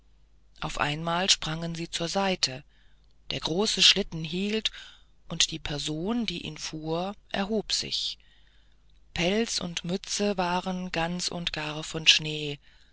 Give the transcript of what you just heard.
auf einmal sprangen sie zur seite der große schlitten hielt und die person die ihn fuhr erhob sich pelz und mütze waren ganz und gar von schnee